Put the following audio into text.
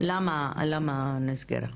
למה היא נסגרה.